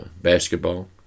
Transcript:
basketball